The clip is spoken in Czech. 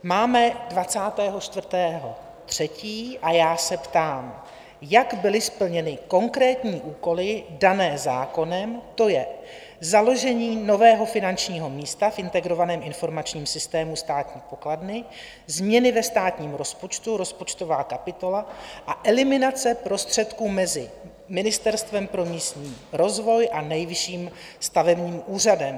Máme 24. 3. a já se ptám, jak byly splněny konkrétní úkoly dané zákonem, to je založení nového finančního místa v integrovaném informačním systému státní pokladny, změny ve státním rozpočtu, rozpočtová kapitola a eliminace prostředků mezi Ministerstvem pro místní rozvoj a Nejvyšším stavebním úřadem.